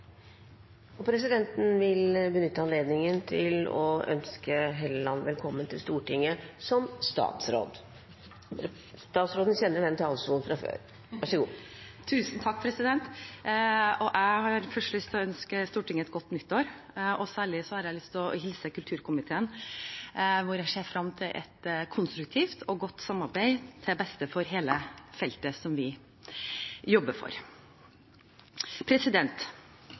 Presidenten vil benytte anledningen til å ønske Hofstad Helleland velkommen til Stortinget som statsråd. Tusen takk! Jeg har først lyst til å ønske Stortinget et godt nytt år, og særlig har jeg lyst til å hilse til kulturkomiteen, som jeg ser fram til et konstruktivt og godt samarbeid med til beste for hele feltet som vi jobber for.